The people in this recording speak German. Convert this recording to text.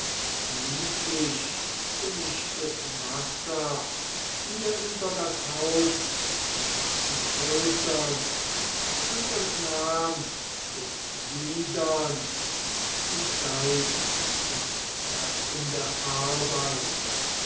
kessel lieblichgemischtes wasser mir über das haupt und die schultern und entnahm den gliedern die geistentkräftende arbeit